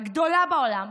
הגדולה בעולם,